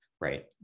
right